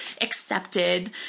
accepted